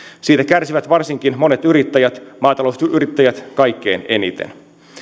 siitä kärsivät varsinkin monet yrittäjät maatalousyrittäjät kaikkein eniten